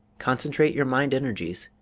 concentrate your mind-energies,